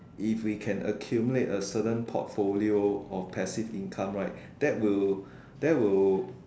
if we can accumulate a certain profile of perceive income right that will that will